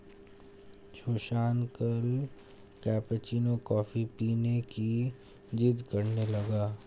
सुशांत कल cappuccino coffee पीने की जिद्द करने लगा